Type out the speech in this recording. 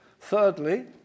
Thirdly